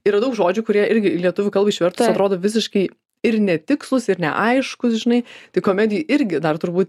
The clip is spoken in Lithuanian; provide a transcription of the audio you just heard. yra daug žodžių kurie irgi į lietuvių kalbą išvertus atrodo visiškai ir netikslūs ir neaiškūs žinai tai komedijoj irgi dar turbūt